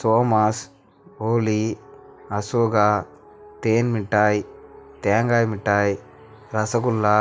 சோமாஸ் போலி அசோகா தேன் மிட்டாய் தேங்காய் மிட்டாய் ரசகுல்லா